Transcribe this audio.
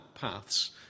paths